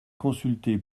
consulté